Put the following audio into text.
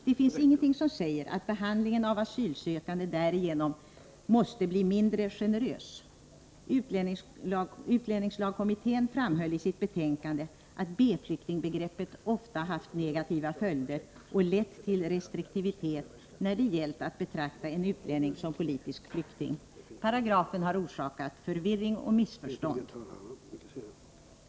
Det finns ingenting som säger att behandlingen av asylsökande därigenom måste bli mindre generös. Utlänningslagkommittén framhöll i sitt betänkande att B-flyktingbegreppet ofta haft negativa följder och lett till restriktivitet när det gällt att betrakta en utlänning som politisk flykting. Paragrafen har orsakat förvirring och missförstånd.